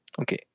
Okay